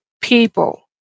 people